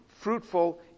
fruitful